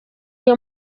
nayo